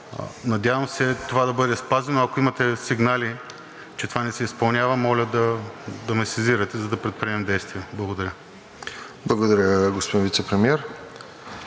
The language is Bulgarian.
Надявам се това да бъде спазено. Ако имате сигнали, че това не се изпълнява, моля да ме сезирате, за да предприемем действия. Благодаря. ПРЕДСЕДАТЕЛ РОСЕН ЖЕЛЯЗКОВ: Благодаря, господин Вицепремиер.